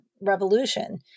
revolution